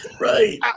Right